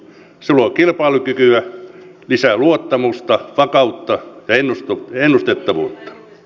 se luo kilpailukykyä lisää luottamusta vakautta ja ennustettavuutta